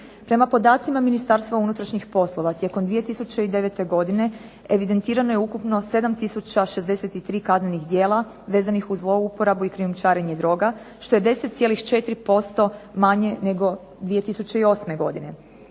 Prema podacima Ministarstva unutrašnjih poslova tijekom 2009. godine evidentirano je ukupno 7063 kaznenih djela vezanih uz zlouporabu i krijumčarenje droga što je 10,4% manje nego 2008. godine.